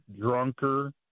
drunker